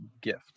gift